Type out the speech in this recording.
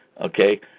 Okay